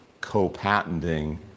Co-patenting